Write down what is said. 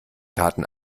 taten